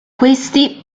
questi